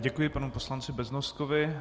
Děkuji panu poslanci Beznoskovi.